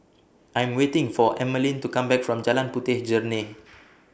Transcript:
I Am waiting For Emmaline to Come Back from Jalan Puteh Jerneh